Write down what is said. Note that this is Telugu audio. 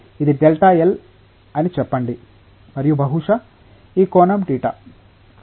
ఇది Δl అని చెప్పండి మరియు బహుశా ఈ కోణం θ